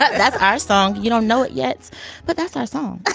but that's our song. you don't know it yet but that's our song.